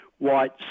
White